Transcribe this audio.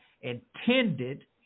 intended